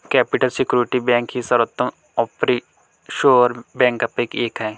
capital Security Bank ही सर्वोत्तम offshore बँकांपैकी एक आहे